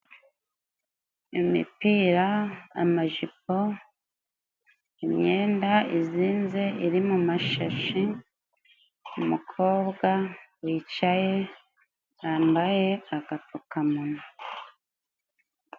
Imipira, amajipo, imyenda izinze iri mu mashashi. Umukobwa wicaye yambaye agapfukamunwa.